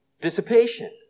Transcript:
dissipation